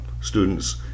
students